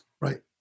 Right